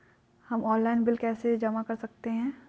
हम online bill कैसे जमा कर सकते हैं?